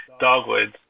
dogwoods